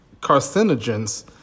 carcinogens